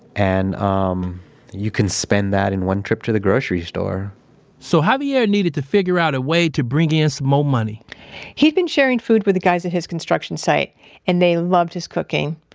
and um you can spend that in one trip to the grocery store so javier needed to figure out a way to bring in some more money he'd been sharing food with the guys at his construction site and they loved his cooking.